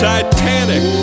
Titanic